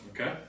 Okay